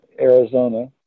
Arizona